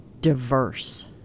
diverse